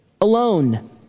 alone